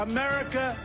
America